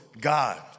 God